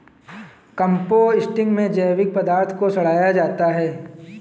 composting में जैविक पदार्थ को सड़ाया जाता है